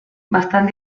bastant